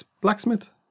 blacksmith